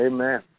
Amen